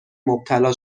مبتلا